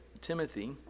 Timothy